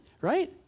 right